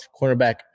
cornerback